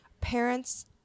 parents